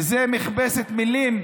שהן מכבסת מילים